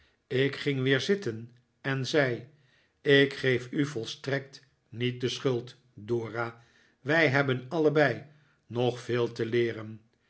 ik ging weer ziten en zei ik geef u volstrekt niet de schuld dora wij hebben allebei nog veel te leeren